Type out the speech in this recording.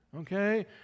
okay